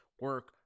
Work